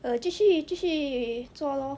err 继续继续做 lor